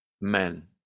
men